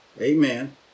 Amen